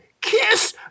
Kiss